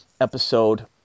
episode